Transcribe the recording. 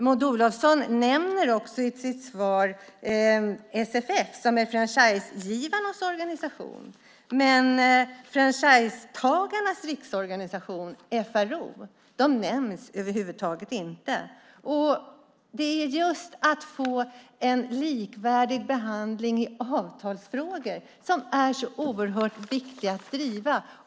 Maud Olofsson nämnde i sitt svar SFF, franchisegivarnas organisation. Men Franchisetagarnas Riksorganisation, FRO, nämns över huvud taget inte. Det är just att få en likvärdig behandling i avtalsfrågor som är så oerhört viktigt att driva.